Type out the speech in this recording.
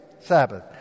Sabbath